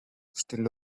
still